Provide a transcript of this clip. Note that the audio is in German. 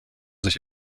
sich